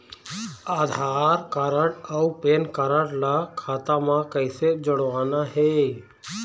आधार card अऊ PAN card ला खाता म कइसे जोड़वाना हे?